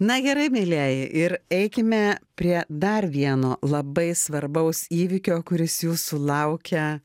na gerai mielieji ir eikime prie dar vieno labai svarbaus įvykio kuris jūsų laukia